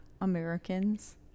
Americans